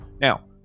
now